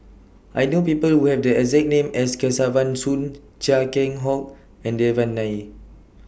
I know People Who Have The exact name as Kesavan Soon Chia Keng Hock and Devan Nair